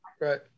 right